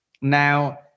now